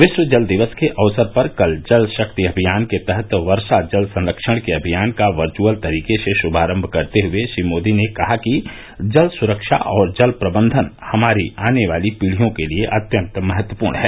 विश्व जल दिवस के अवसर पर कल जल शक्ति अभियान के तहत वर्षा जल संरक्षण के अभियान का वर्चअल तरीके से शुभारंभ करते हए श्री मोदी ने कहा कि जल स्रक्षा और जल प्रबंधन हमारी आने वाली पीढियों के लिए अत्यंत महत्वपूर्ण हैं